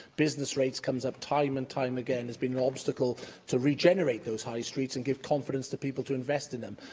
business rates come up time and time again as being an obstacle to regenerate those high streets and give confidence to people to invest in them.